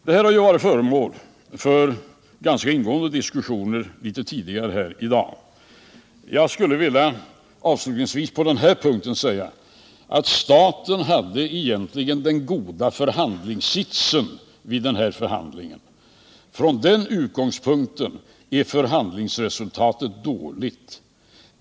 Det här har ju varit föremål för en ganska ingående diskussion tidigare i dag. Jag skulle avslutningsvis på denna punkt vilja säga att staten hade egentligen den goda förhandlingssitsen vid denna förhandling. Från den utgångspunkten är förhandlingsresultatet dåligt.